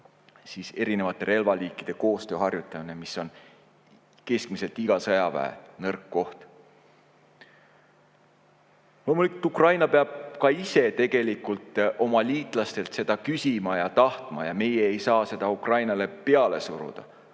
eri relvaliikide koostöö harjutamine, mis on keskmiselt iga sõjaväe nõrk koht. Loomulikult, Ukraina peab ka ise tegelikult oma liitlastelt seda küsima ja tahtma, meie ei saa seda Ukrainale peale suruda.